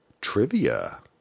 trivia